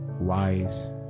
wise